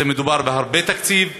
מדובר בתקציב גדול,